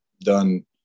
done